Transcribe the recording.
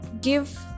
give